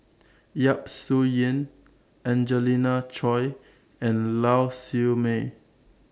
Yap Su Yin Angelina Choy and Lau Siew Mei